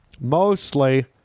mostly